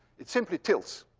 it simply tilts.